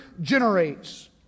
generates